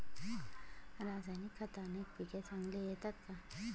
रासायनिक खताने पिके चांगली येतात का?